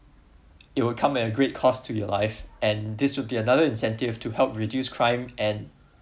it will come at a great cost to your life and this would be another incentive to help reduce crime and